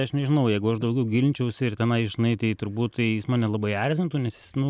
aš nežinau jeigu aš daugiau gilinčiausi ir tenai žinai tai turbūt tai jis mane labai erzintų nes jis nu